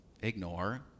ignore